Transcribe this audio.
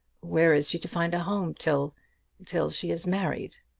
where is she to find a home till till she is married?